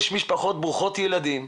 יש משפחות ברוכות ילדים,